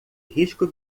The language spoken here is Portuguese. risco